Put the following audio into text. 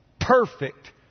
perfect